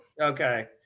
okay